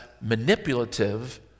manipulative